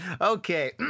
Okay